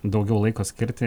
daugiau laiko skirti